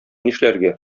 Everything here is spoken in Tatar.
нишләргә